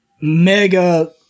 mega